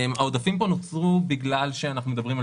העודפים פה נוצרו בגלל שאנחנו מדברים על